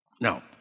Now